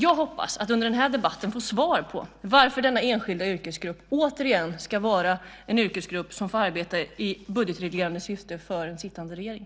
Jag hoppas att under den här debatten få svar på varför denna enskilda yrkesgrupp återigen ska vara en yrkesgrupp som får arbeta i budgetreglerande syfte för en sittande regering.